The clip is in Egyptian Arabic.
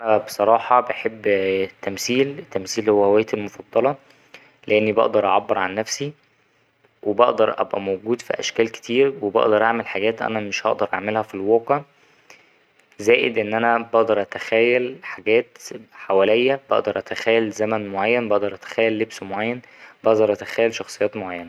أنا بصراحة بحب التمثيل ـ التمثيل هو هوايتي المفضلة لأني بقدر أعبر عن نفسي وبقدر أبقى موجود في أشكال كتير وبقدر أعمل حاجات أنا مش هقدر أعملها في الواقع زائد إن أنا بقدر أتخيل حاجات حواليا بقدر أتخيل زمن معين بقدر أتخيل لبس معين بقدر أتخيل شخصيات معينة.